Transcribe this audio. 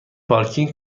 پارکینگ